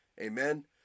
amen